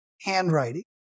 handwriting